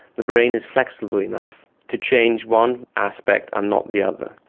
the brain is flexible enough to change one aspect and not the other.